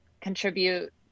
contribute